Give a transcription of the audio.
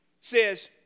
says